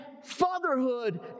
fatherhood